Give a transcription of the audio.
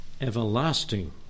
everlasting